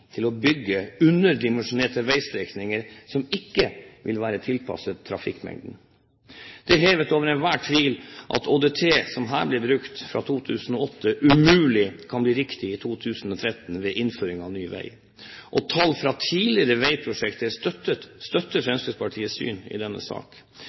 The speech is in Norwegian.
tid å bygge underdimensjonerte vegstrekninger som ikke vil være tilpasset trafikkmengden. Det er hevet over enhver tvil at ÅDT som her blir brukt – fra 2008 – umulig kan bli riktig i 2013 ved innføring av ny veg. Tall fra tidligere vegprosjekter støtter